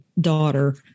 daughter